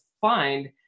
find